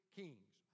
kings